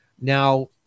Now